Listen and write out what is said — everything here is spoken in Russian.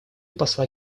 посла